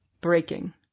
breaking